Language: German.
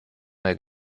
mehr